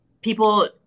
people